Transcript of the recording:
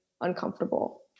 uncomfortable